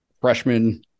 freshman